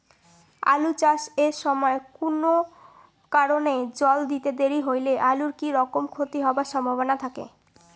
আলু চাষ এর সময় কুনো কারণে জল দিতে দেরি হইলে আলুর কি রকম ক্ষতি হবার সম্ভবনা থাকে?